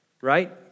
right